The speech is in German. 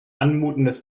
anmutendes